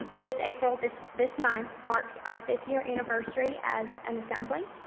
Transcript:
this april, this this month, marks our fifth year anniversary as an assembly,